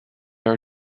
are